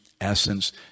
essence